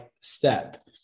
step